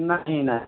नहीं ना